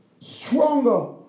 stronger